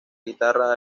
guitarra